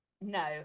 no